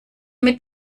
mit